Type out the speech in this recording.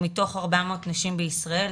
שמתוך 400 נשים בישראל,